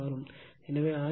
எனவே ஆங்கிள் 76